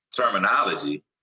terminology